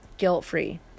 guilt-free